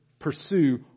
pursue